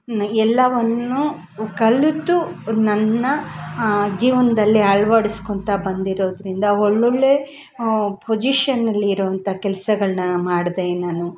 ಎಲ್ಲವನ್ನೂ ಕಲಿತು ನನ್ನ ಜೀವನದಲ್ಲಿ ಅಳವಡಿಸ್ಕೊಳ್ತಾ ಬಂದಿರೋದರಿಂದ ಒಳ್ಳೊಳ್ಳೆ ಪೊಜಿಷನ್ನಲ್ಲಿರುವಂಥ ಕೆಲಸಗಳನ್ನ ಮಾಡಿದೆ ನಾನು